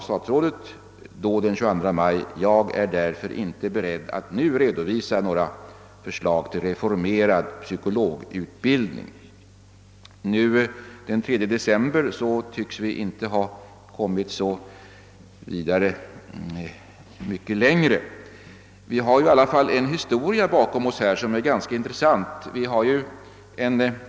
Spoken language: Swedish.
Statsrådet sade avslutningsvis: »Jag är därför inte beredd att nu redo visa några förslag till reformerad psykologutbildning.» Nu, den 3 december, tycks vi inte ha kommit så värst mycket längre. Vi har i alla fall en historia bakom oss som är ganska intressant.